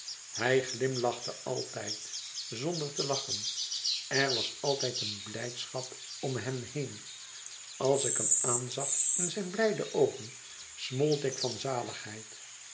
hij glimlachte altijd zonder te lachen er was altijd een blijdschap om hem als ik hem aan zag in zijn blijde oogen smolt ik van zaligheid